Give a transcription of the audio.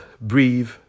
breathe